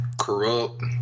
Corrupt